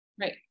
Right